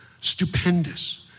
Stupendous